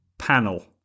Panel